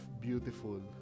beautiful